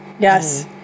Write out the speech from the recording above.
Yes